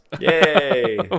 Yay